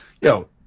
yo